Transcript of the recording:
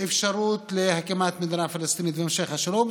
האפשרות להקמת מדינה פלסטינית והמשך השלום,